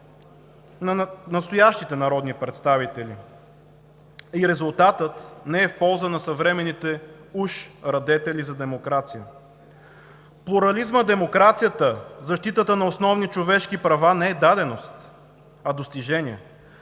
на настоящите народни представители и резултатът не е в полза на уж съвременните радетели за демокрация. Плурализмът в демокрацията – защитата на основни човешки права, не е даденост, а достижение,